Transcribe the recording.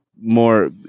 more